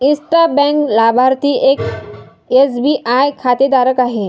intra bank लाभार्थी एक SBI खातेधारक आहे